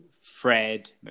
Fred